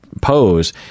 pose